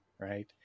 right